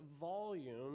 volume